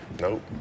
Nope